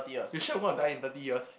you sure you're going to die in thirty years